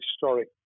historic